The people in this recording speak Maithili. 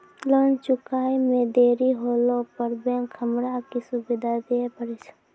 लोन चुकब इ मे देरी होला पर बैंक हमरा की सुविधा दिये पारे छै?